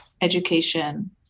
education